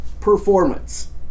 performance